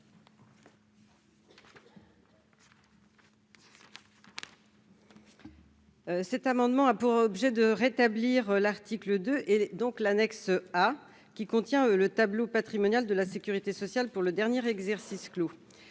Cet amendement a pour objet de rétablir l'article 2 et l'annexe A, qui contient le tableau patrimonial de la sécurité sociale pour le dernier exercice clos.